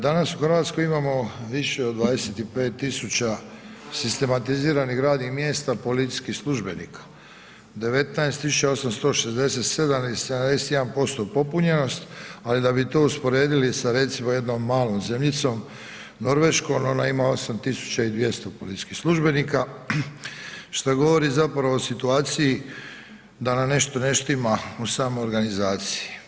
Danas u RH imamo više od 25 000 sistematiziranih radnih mjesta policijskih službenika, 19 867 i 71% popunjenost, ali da bi to usporedili sa recimo jednom malom zemljicom Norveškom ona ima 8200 policijskih službenika, što govori zapravo o situaciji da nam nešto ne štima u samoj organizaciji.